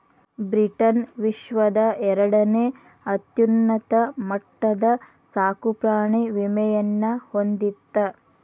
Britain ವಿಶ್ವದ ಎರಡನೇ ಅತ್ಯುನ್ನತ ಮಟ್ಟದ ಸಾಕುಪ್ರಾಣಿ ವಿಮೆಯನ್ನ ಹೊಂದಿತ್ತ